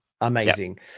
amazing